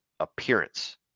appearance